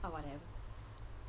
ah whatever